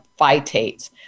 phytates